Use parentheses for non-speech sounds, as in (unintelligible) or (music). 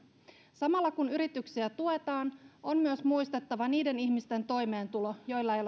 samalla kun yrityksiä tuetaan on myös muistettava niiden ihmisten toimeentulo joilla ei (unintelligible)